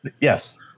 Yes